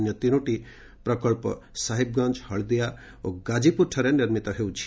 ଅନ୍ୟ ତିନୋଟି ପ୍ରକଳ୍ପ ସାହିବ୍ଗଞ୍ଜ ହଳଦିଆ ଓ ଗାଜିପୁରଠାରେ ନିର୍ମିତ ହେଉଛି